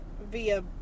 via